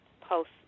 post